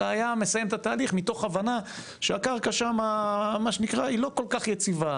אלא היה מסיים את התהליך מתוך הבנה שהקרקע שם לא כל כך יציבה,